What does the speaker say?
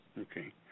Okay